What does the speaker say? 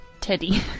Teddy